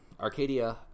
Arcadia